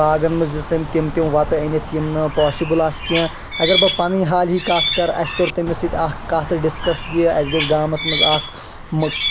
باغن منٛز دِژ تٔمۍ تِم تِم وَتہٕ أنِتھ یِم نہٕ پوسیبٔل آسہٕ کیٚنٛہہ اَگر بہٕ پَنٕنۍ حال ہی کَتھ کَرٕ اَسہِ کوٚر تٔمِس سۭتۍ اکھ کَتھ ڈِسکس یہِ اَسہِ گژھِ گامَس منٛز اکھ